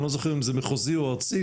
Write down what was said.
אני לא זוכר אם זה מחוזי או ארצי,